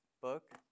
book